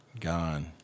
Gone